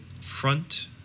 front